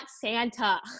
Santa